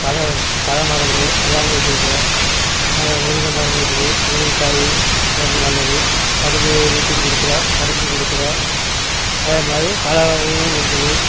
பழ பழ மரங்கள் எல்லாம் வச்சுருக்கிறோம் முருங்கை மரம் இருக்குது முருங்கக்காய் உடம்புக்கு நல்லது பக்கத்து வீட்டுக்கும் கொடுக்குறோம் கடைக்கும் கொடுக்குறோம் அதே மாதிரி பழ வகைகளும் இருக்குது